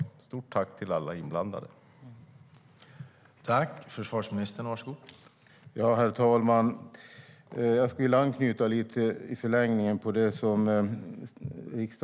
Stort tack till alla inblandade!